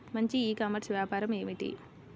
మంచి ecommerce వ్యాపారం ఏమిటీ?